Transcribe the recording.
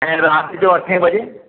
ऐं रात जो अठ बजे